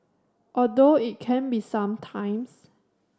although it can be some times